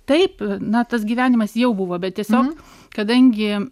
taip na tas gyvenimas jau buvo bet tiesiog kadangi